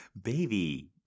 Baby